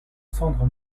cendre